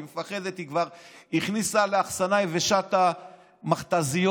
היא כבר הכניסה להחסנה יבשה את המכת"זיות,